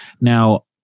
Now